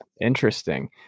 Interesting